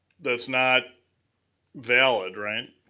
that's not valid, right?